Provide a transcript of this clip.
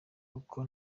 kuko